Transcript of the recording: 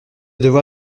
devoir